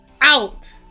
out